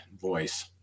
voice